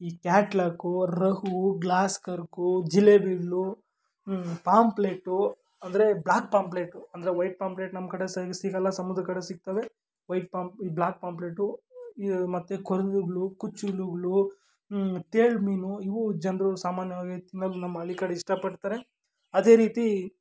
ಈ ಕ್ಯಾಟ್ಲಾಕು rohu grass carp ಜಿಲೇಬಿಗ್ಳು ಪಾಂಪ್ಲೆಟ್ಟು ಅಂದರೆ ಬ್ಲಾಕ್ ಪಾಂಪ್ಲೆಟು ಅಂದರೆ ವೈಟ್ ಪಾಂಪ್ಲೆಟ್ ನಮ್ಮ ಕಡೆ ಸೈಡ್ ಸಿಗೋಲ್ಲ ಸಮುದ್ರದ ಕಡೆ ಸಿಗ್ತವೆ ವೈಟ್ ಪಾಮ್ಪ್ ಬ್ಲಾಕ್ ಪಾಂಪ್ಲೆಟ್ಟು ಮತ್ತು ಕೊರ್ದಿಗ್ಳು ಕುಚ್ಚುಲುಗ್ಳು ತೇಲು ಮೀನು ಇವು ಜನರು ಸಾಮಾನ್ಯವಾಗಿ ತಿನ್ನೋದು ನಮ್ಮ ಹಳ್ಳಿ ಕಡೆ ಇಷ್ಟಪಡ್ತಾರೆ ಅದೇ ರೀತಿ